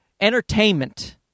entertainment